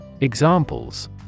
Examples